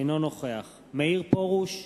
אינו נוכח מאיר פרוש,